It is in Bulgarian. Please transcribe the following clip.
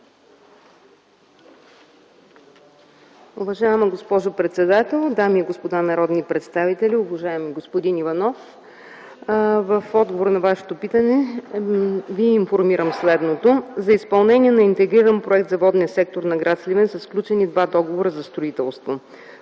Уважаема госпожо председател, дами и господа народни представители, уважаеми господин Иванов! В отговор на Вашето питане Ви информирам следното: За изпълнение на Интегриран проект за водния сектор на гр. Сливен са сключени два договора за строителство.